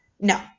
No